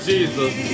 Jesus